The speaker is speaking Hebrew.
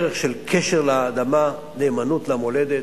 ערך של קשר לאדמה, נאמנות למולדת,